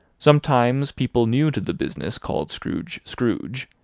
sometimes people new to the business called scrooge scrooge,